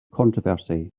controversy